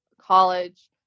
college